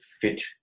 fit